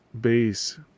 base